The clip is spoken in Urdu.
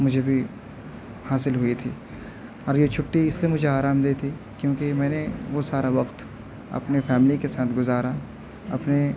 مجھے بھی حاصل ہوئی تھی اور یہ چھٹّی اس لیے مجھے آرامدہ تھی کیونکہ میں نے وہ سارا وقت اپنے فیملی کے ساتھ گزارا اپنے